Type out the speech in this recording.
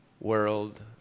world